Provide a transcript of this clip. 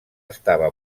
estava